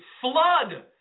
flood